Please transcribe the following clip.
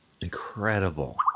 Incredible